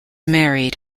married